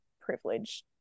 privilege